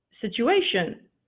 situation